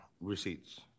receipts